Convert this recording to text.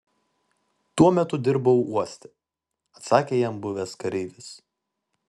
tuo metu dirbau uoste atsakė jam buvęs kareivis